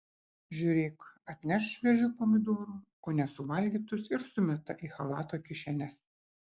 žiūrėk atneš šviežių pomidorų o nesuvalgytus ir sumeta į chalato kišenes